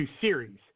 series